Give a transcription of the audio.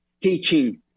teaching